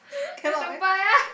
cannot eh